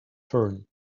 turn